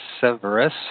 Severus